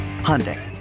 Hyundai